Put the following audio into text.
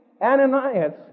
Ananias